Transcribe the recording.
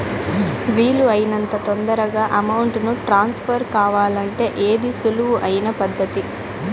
వీలు అయినంత తొందరగా అమౌంట్ ను ట్రాన్స్ఫర్ కావాలంటే ఏది సులువు అయిన పద్దతి